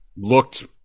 looked